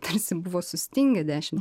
tarsi buvo sustingę dešim